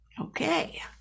okay